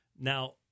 Now